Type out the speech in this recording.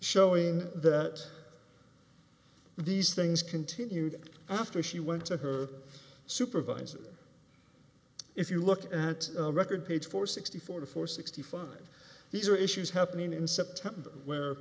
showing that these things continued after she went to her supervisor if you look at a record page for sixty forty four sixty five these are issues happening in september where